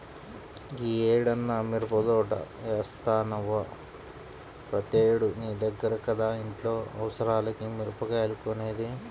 యీ ఏడన్నా మిరపదోట యేత్తన్నవా, ప్రతేడూ నీ దగ్గర కదా ఇంట్లో అవసరాలకి మిరగాయలు కొనేది